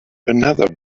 another